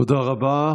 תודה רבה.